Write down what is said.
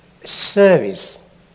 service